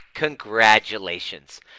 Congratulations